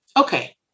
okay